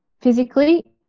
physically